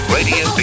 Radio